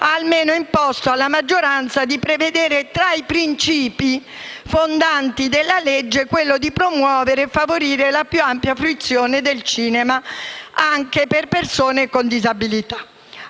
ha almeno imposto alla maggioranza di prevedere tra i principi fondanti della legge promuovere e favorire la più ampia fruizione del cinema anche per persone con disabilità.